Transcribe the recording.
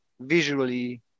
visually